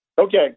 Okay